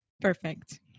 Perfect